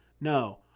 no